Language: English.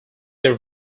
their